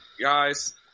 guys